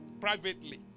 privately